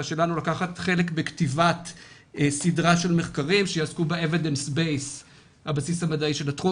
שלנו לקחת חלק בכתיבת סדרה של מחקרים שיעסקו בבסיס המדעי של התחום